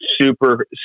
super